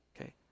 okay